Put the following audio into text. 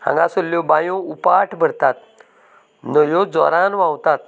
हांगा सरल्यो बांयों उपाट भरतात न्हंयों जोरान व्हांवतात